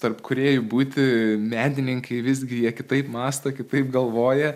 tarp kūrėjų būti menininkai visgi jie kitaip mąsto kitaip galvoja